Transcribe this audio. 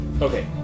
Okay